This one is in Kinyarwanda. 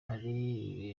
hari